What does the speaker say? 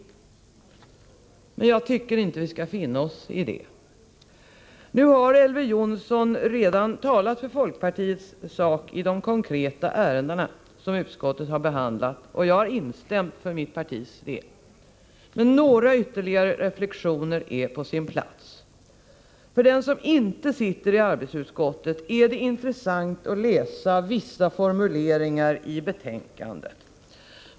Jag tycker inte att vi skall finna oss i detta. Nu har Elver Jonsson redan talat för folkpartiets sak i de konkreta ärenden som utskottet har behandlat, och jag har instämt för mitt partis del, men några ytterligare reflexioner är på sin plats. För den som inte sitter i arbetsmarknadsutskottet är det intressant att läsa vissa formuleringar i betänkandet.